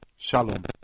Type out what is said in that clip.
Shalom